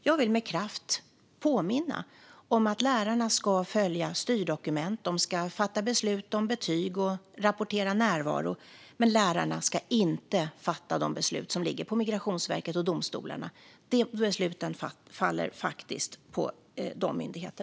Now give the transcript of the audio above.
Jag vill med kraft påminna om att lärarna ska följa styrdokument. De ska fatta beslut om betyg och rapportera närvaro. Men lärarna ska inte fatta de beslut som ligger på Migrationsverket och domstolarna. Dessa beslut faller faktiskt på dessa myndigheter.